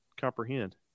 comprehend